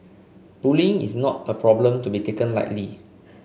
bullying is not a problem to be taken lightly